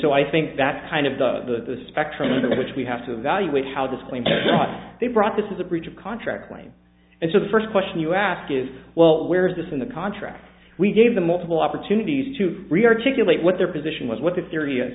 so i think that's kind of the of the spectrum of which we have to evaluate how this claim they brought this is a breach of contract claim and so the first question you ask is well where is this in the contract we gave the multiple opportunities to free articulate what their position was what the theory